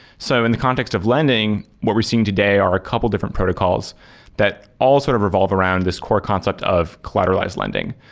so in the context of lending, what we're seeing today are a couple different protocols that also sort of revolve around this core concept of collateralized lending.